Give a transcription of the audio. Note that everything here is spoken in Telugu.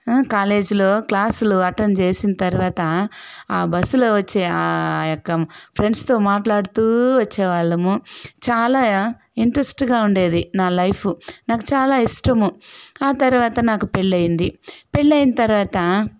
కాలేజీలో క్లాసులు అటెండ్ చేసిన తర్వాత ఆ బస్సులో వచ్చే ఆ యొక్క ఫ్రెండ్స్తో మాట్లాడుతూ వచ్చేవాళ్ళము చాలా ఇంట్రెస్ట్గా ఉండేది నా లైఫు నాకు చాలా ఇష్టము ఆ తర్వాత నాకు పెళ్లయింది పెళ్లయిన తర్వాత